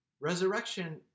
Resurrection